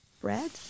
bread